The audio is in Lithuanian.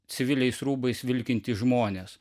civiliais rūbais vilkintys žmonės